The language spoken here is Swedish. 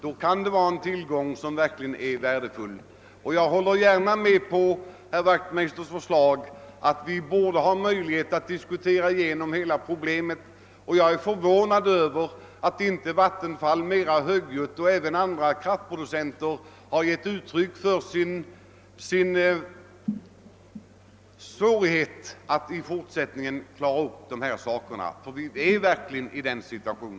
Då kan de utgöra en tillgång som är verkligt värdefull. Jag håller gärna med om herr Wachtmeisters förslag om att vi borde ha möjligheter att diskutera igenom hela problemet. Jag är förvånad över att inte Vattenfall och även andra kraftproducenter mera högljutt givit uttryck för sin svårighet att i fortsättningen klara dessa saker, ty vi befinner oss verkligen i en sådan situation.